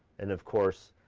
and of course,